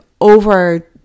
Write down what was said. over